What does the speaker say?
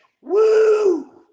Woo